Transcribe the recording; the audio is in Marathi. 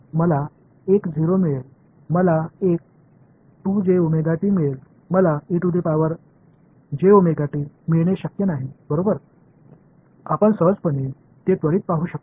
मला एक 0 मिळेल मला एक मिळेल मला मिळणे शक्य नाही बरोबर आपण सहजपणे ते त्वरित पाहू शकता